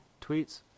tweets